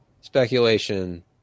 speculation